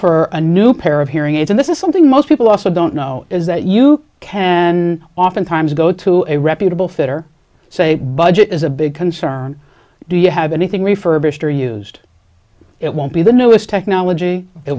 for a new pair of hearing aids and this is something most people also don't know is that you can oftentimes go to a reputable fitter say budget is a big concern do you have anything refurbished or used it won't be the newest technology it